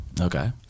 Okay